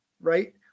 Right